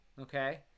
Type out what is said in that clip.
Okay